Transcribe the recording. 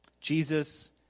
Jesus